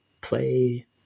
play